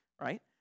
right